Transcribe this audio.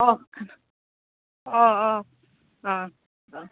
अ अ अ